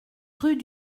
rue